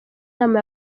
inama